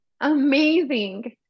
amazing